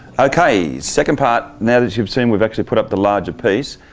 okay, second part. now that you've seen we've actually put up the larger piece,